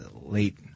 late